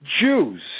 Jews